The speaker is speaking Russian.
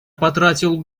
потратил